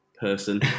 person